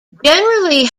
generally